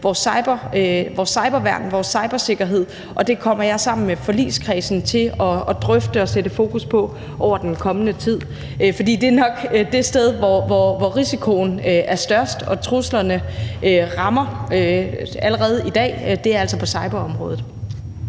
vores cyberværn, vores cybersikkerhed, og det kommer jeg sammen med forligskredsen til at drøfte og sætte fokus på i den kommende tid, for det er nok det sted, hvor risikoen er størst og truslerne rammer allerede i dag: Det er altså på cyberområdet.